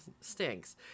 stinks